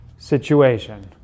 situation